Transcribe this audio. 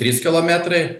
trys kilometrai